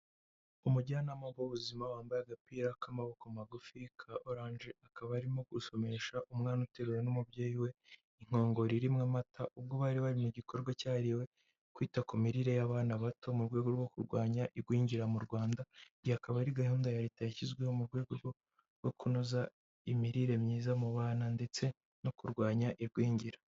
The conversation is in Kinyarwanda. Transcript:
Umujyanama w'ubuzima wambaye agapira k'amaboko magufi ka oranje, akaba arimo gusomesha umwana uteruwe n'umubyeyi we, inkongoro irimo amata ubwo bari bari mu gikorwa cyahariwe kwita ku mirire y'abana bato mu rwego rwo kurwanya igwingira mu Rwanda, iyi akaba ari gahunda ya Leta yashyizweho mu rwego rwo kunoza imirire myiza mu bana ndetse no kurwanya igwingira.